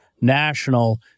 national